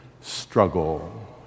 struggle